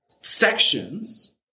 sections